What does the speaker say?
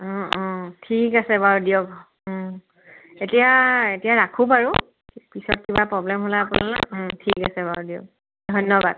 ঠিক আছে বাৰু দিয়ক এতিয়া এতিয়া ৰাখো বাৰু পিছত কিবা প্ৰব্লেম হ'লে আপোনালৈ ঠিক আছে বাৰু দিয়ক ধন্যবাদ